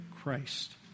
Christ